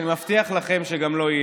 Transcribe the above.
אני מבטיח לכם שגם לא יהיה.